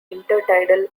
intertidal